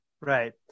right